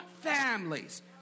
families